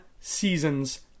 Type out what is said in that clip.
seasons